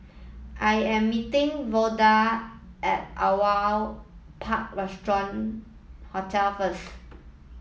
I am meeting Vonda at Aliwal Park Hotel first